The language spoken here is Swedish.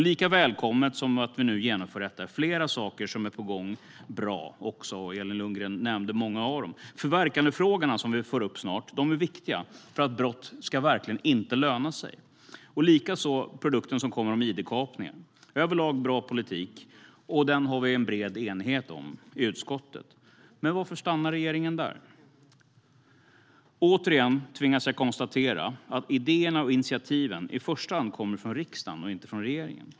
Lika välkommet som att vi nu genomför detta, lika bra är flera saker som är på gång. Elin Lundgren nämnde många av dem. Förverkandefrågorna, som vi får upp snart, är viktiga. Brott ska verkligen inte löna sig. Likaså är produkten om id-kapningar som kommer bra politik överlag, och den har vi en bred enighet om i utskottet. Men varför stannar regeringen där? Återigen tvingas jag konstatera att idéerna och initiativen i första hand kommer från riksdagen och inte från regeringen.